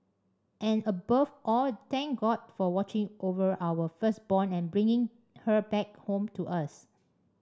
and above all thank God for watching over our firstborn and bringing her back home to us